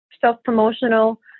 self-promotional